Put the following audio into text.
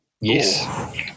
Yes